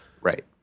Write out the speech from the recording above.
right